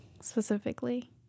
specifically